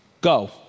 go